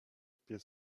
pies